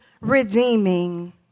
redeeming